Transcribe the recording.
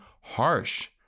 harsh